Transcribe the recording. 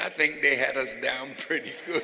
i think they had us down pretty good